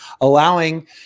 allowing